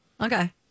Okay